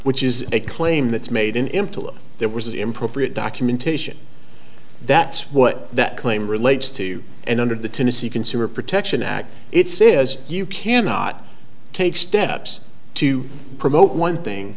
which is a claim that's made him to look there was improper documentation that's what that claim relates to and under the tennessee consumer protection act it says you cannot take steps to promote one thing